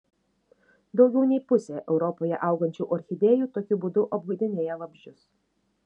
daugiau nei pusė europoje augančių orchidėjų tokiu būdu apgaudinėja vabzdžius